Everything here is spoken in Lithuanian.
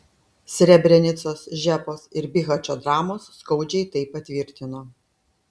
srebrenicos žepos ir bihačo dramos skaudžiai tai patvirtino